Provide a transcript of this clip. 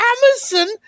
Amazon